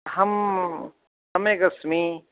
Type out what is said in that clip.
अहं सम्यगस्मि